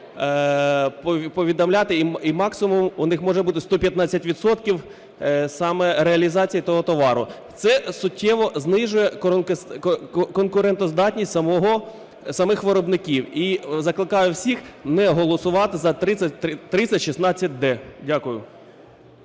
повідомляти і максимум у них може бути 115 відсотків саме реалізації того товару. Це суттєво знижує конкурентоздатність самих виробників. І закликаю всіх не голосувати за 3016-д. Дякую.